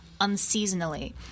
unseasonally